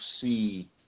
see